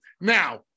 Now